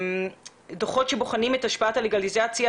דוחות שבוחנים את השפעת הלגליזציה